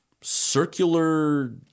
circular